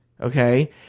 okay